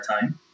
time